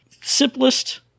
simplest